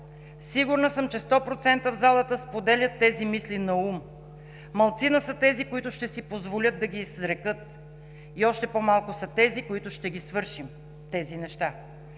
сигурна съм, че 100% в залата споделят тези мисли наум. Малцина са тези, които ще си позволят да ги изрекат и още по-малко са тези, които ще ги свършим тези неща!